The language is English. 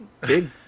big